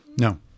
No